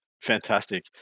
Fantastic